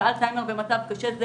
ואלצהיימר במצב קשה זה